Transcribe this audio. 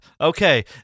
Okay